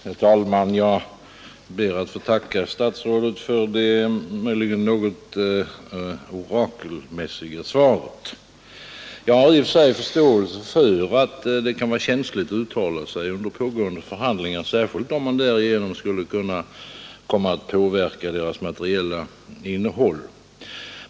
Herr talman! Jag ber att få tacka statsrådet för det möjligen något orakelmässiga svaret på min enkla fråga. Jag har i och för sig förståelse för att det kan vara känsligt att uttala sig om pågående förhandlingar, särskilt om man därigenom skulle kunna komma att påverka deras materiella innehåll.